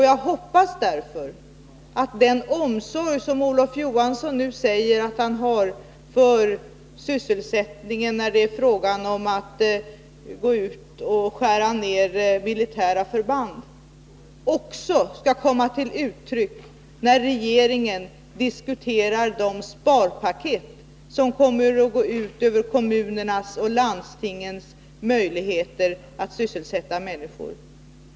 Jag hoppas därför att den omsorg som Olof Johansson säger att han har för sysselsättningen när det gäller nedskärningar vid militära förband också skall komma till uttryck när regeringen diskuterar det sparpaket som kommer att gå ut över kommunernas och landstingens möjligheter att sysselsätta människor.